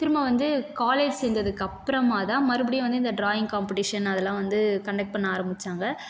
திரும்ப வந்து காலேஜ் சேர்ந்ததுக்கப்பறமா தான் மறுபடியும் வந்து இந்த ட்ராயிங் காம்பெடிஷன் அதெல்லாம் வந்து கண்டெக்ட் பண்ண ஆரம்பித்தாங்க